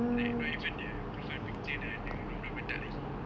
like not even the profile picture dah ada dia orang belum letak lagi you know